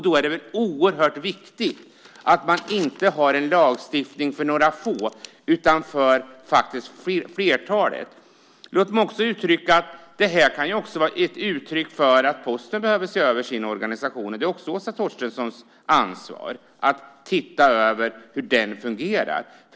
Då är det väl oerhört viktigt att man har en lagstiftning inte för några få utan för flertalet. Låt mig också säga att det här kan vara ett uttryck för att Posten behöver se över sin organisation. Det är också Åsa Torstenssons ansvar att titta över hur den fungerar.